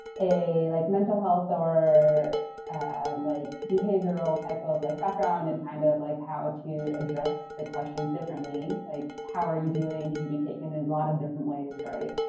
a like mental health or um like, behavioral type ah of like background and kind of like how to address the questions differently, like, how are you doing can be taken a lot of different ways, right?